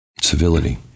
civility